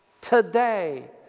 Today